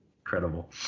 Incredible